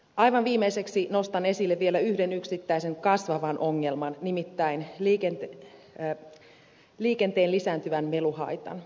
aivan viimeiseksi nostan esille vielä yhden yksittäisen kasvavan ongelman nimittäin liikenteen lisääntyvän meluhaitan